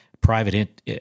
private